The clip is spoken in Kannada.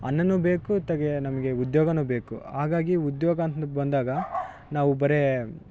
ಅನ್ನನೂ ಬೇಕು ಇತ್ತಗೆ ನಮಗೆ ಉದ್ಯೋಗ ಬೇಕು ಹಾಗಾಗಿ ಉದ್ಯೋಗ ಅಂತಂದು ಬಂದಾಗ ನಾವು ಬರೀ